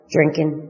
Drinking